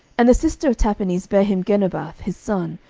and the sister of tahpenes bare him genubath his son,